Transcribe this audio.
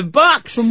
bucks